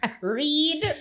read